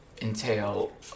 entail